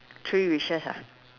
three wishes ah